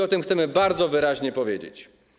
O tym chcemy bardzo wyraźnie powiedzieć.